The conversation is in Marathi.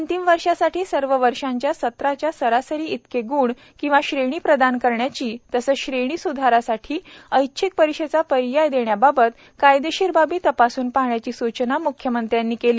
अंतिम वर्षासाठी सर्व वर्षांच्या सत्रांच्या सरासरी इतके गूण किंवा श्रेणी प्रदान करण्याची तसेच श्रेणी स्धारासाठी ऐच्छिक परीक्षेचा पर्याय देण्याबाबत कायदेशीर बाबी तपासून पाहण्याची सूचनाही म्ख्यमंत्र्यांनी केली